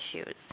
issues